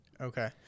Okay